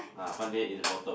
ah Fun Day in the photo